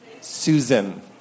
Susan